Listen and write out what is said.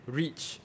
reach